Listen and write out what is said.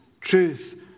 truth